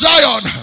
Zion